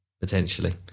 Potentially